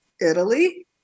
Italy